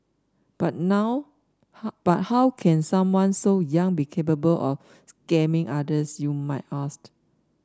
but now how but how can someone so young be capable of scamming others you might ask